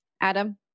Adam